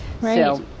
Right